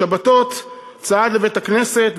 בשבתות צעד לבית-הכנסת,